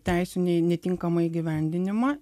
teisių nei netinkamą įgyvendinimą